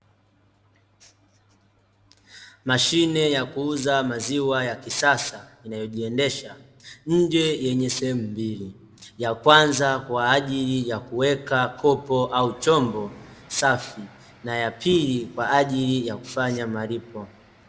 Mashine ya kuuza maziwa ya kisasa inayojiendesha, nje yenye sehemu mbili. Ya kwanza kwaajili ya kuweka kopo au chombo safi, na ya pili kwaajili ya kufanya malipo.